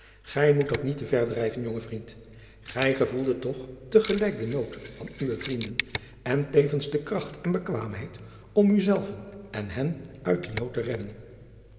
gij moet dat niet te ver drijven jonge vriend gij gevoelde toch te gelijk den nood van uwe vrienden en tevens de kracht en bekwaamheid om u zelven en hen uit den nood te redden